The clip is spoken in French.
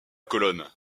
colonne